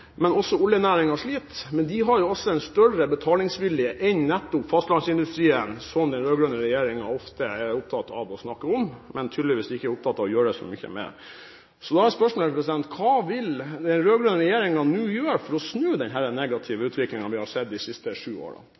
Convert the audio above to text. Men de har jo også en større betalingsvilje enn nettopp fastlandsindustrien, som den rød-grønne regjeringen ofte er opptatt av å snakke om, men som de tydeligvis ikke er opptatt av å gjøre så mye med. Så da er spørsmålet: Hva vil den rød-grønne regjeringen nå gjøre for å snu denne negative utviklingen vi har sett de siste sju årene?